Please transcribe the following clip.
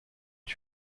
que